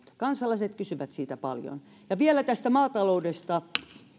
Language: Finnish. kansalaiset kysyvät siitä paljon vielä tästä maataloudesta